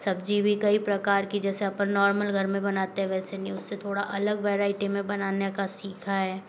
सब्जी भी कई प्रकार की जैसे अपन नॉर्मल घर में बनाते हैं वैसे नहीं उससे थोड़ा अलग वैरायटी में बनाने का सीखा है